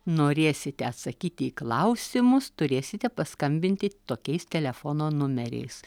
norėsite atsakyti į klausimus turėsite paskambinti tokiais telefono numeriais